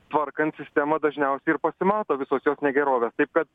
tvarkant sistemą dažniausiai ir pasimato visos jos negerovės taip kad